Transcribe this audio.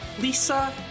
Lisa